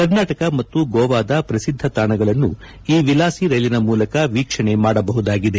ಕರ್ನಾಟಕ ಮತ್ತು ಗೋವಾದ ಪ್ರಸಿದ್ದ ತಾಣಗಳನ್ನು ಈ ವಿಲಾಸಿ ರೈಲಿನ ಮೂಲಕ ವೀಕ್ಷಣೆ ಮಾಡಬಹುದಾಗಿದೆ